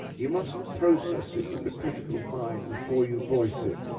you mustn't process it with the critical mind before you voice it.